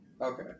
Okay